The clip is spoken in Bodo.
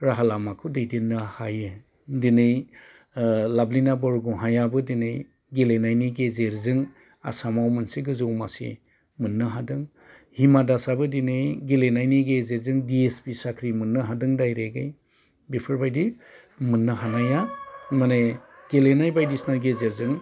राहा लामाखौ दैदेननो हायो दिनै लाबलिना बरगहायाबो दिनै गेलेनायनि गेजेरजों आसामाव मोनसे गोजौ मासि मोननो हादों हिमा दासआबो दिनै गेलेनायनि गेजेरजों दि एस पि साख्रि मोननो हादों बेफोरबायदियै मोननो हानाया माने गेलेनाय बायदिसिना गेजेरजों